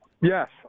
Yes